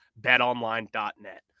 betonline.net